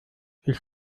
ich